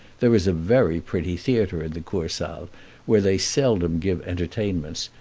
there is a very pretty theatre in the kursaal, where they seldom give entertainments,